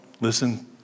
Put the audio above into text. Listen